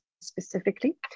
specifically